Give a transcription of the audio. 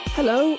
Hello